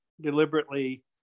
deliberately